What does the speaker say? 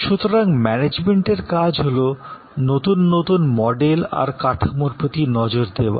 সুতরাং ম্যানেজমেন্টের কাজ হলো নতুন নতুন মডেল আর কাঠামোর প্রতি নজর দেওয়া